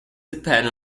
depend